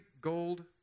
gold